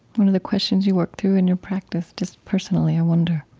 what are the questions you work through in your practice just personally, i wonder